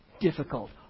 difficult